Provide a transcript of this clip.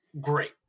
great